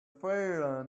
ferry